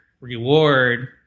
reward